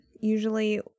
usually